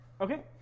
okay